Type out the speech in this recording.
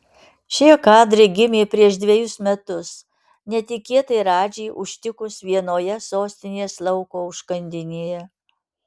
šie kadrai gimė prieš dvejus metus netikėtai radži užtikus vienoje sostinės lauko užkandinėje